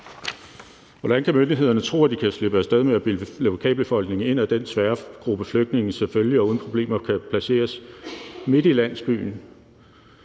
Hvordan kan myndighederne tro, at de kan slippe af sted med at bilde lokalbefolkningen ind, at den svære gruppe flygtninge selvfølgelig og uden problemer kan placeres midt i landsbyen?